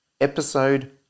episode